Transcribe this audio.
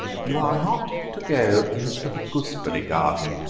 you are not to go into the gooseberry garden,